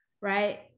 right